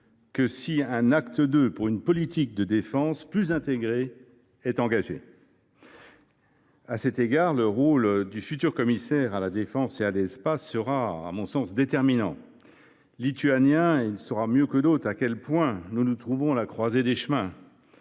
que si un acte II pour une politique de défense plus intégrée est engagé. À cet égard, le rôle du futur commissaire à la défense et à l’espace sera, à mon sens, déterminant. Lituanien, il sait mieux que d’autres à quel point nous nous trouvons aujourd’hui à la croisée des chemins.